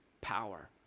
power